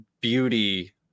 beauty